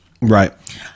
Right